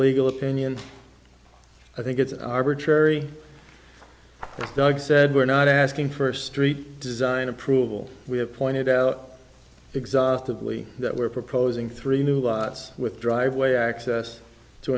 legal opinion i think it's arbitrary doug said we're not asking for street design approval we have pointed out exhaustively that we're proposing three new lots with driveway access to